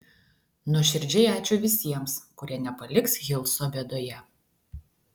nuoširdžiai ačiū visiems kurie nepaliks hilso bėdoje